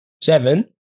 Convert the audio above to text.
Seven